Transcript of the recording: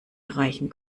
erreichen